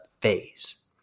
phase